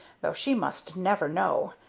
though she must never know.